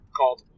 called